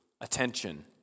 attention